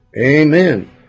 Amen